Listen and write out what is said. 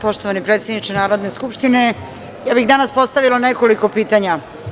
Poštovani predsedniče Narodne skupštine, ja bih danas postavila nekoliko pitanja.